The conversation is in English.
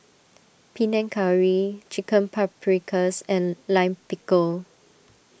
Panang Curry Chicken Paprikas and Lime Pickle